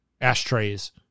ashtrays